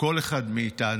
או כל אחד מאיתנו,